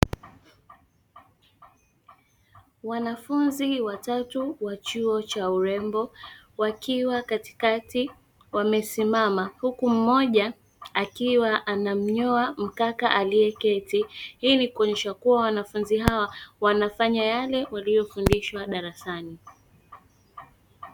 Wanafunzi watau wa chuo cha urembo wakiwa katikati wamesimama, huku mmoja akiwa anamnyoa mkaka aliyeketi. Hii ni kuonesha kuwa wanafunzi wanafanya yale waliofundishwa darasani.